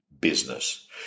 business